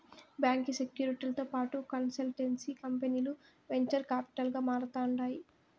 బాంకీ సెక్యూరీలతో పాటు కన్సల్టెన్సీ కంపనీలు వెంచర్ కాపిటల్ గా మారతాండాయి